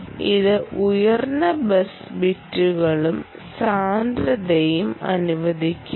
ഇത് ഉയർന്ന ബസ് ബിറ്റുകളും സാന്ദ്രതയും അനുവദിക്കുന്നു